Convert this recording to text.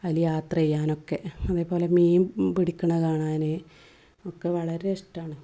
അതിൽ യാത്ര ചെയ്യാനൊക്കെ അതേപോലെ മീൻ പിടിക്കണത് കാണാൻ ഒക്കെ വളരെ ഇഷ്ടമാണ്